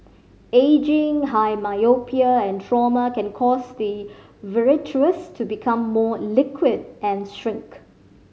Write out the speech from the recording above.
ageing high myopia and trauma can cause the vitreous to become more liquid and shrink